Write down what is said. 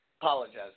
Apologize